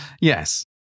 Yes